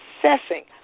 assessing